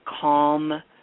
calm